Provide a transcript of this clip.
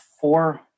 four